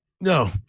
No